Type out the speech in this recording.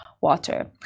water